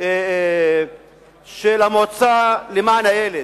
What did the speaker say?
של המועצה למען הילד.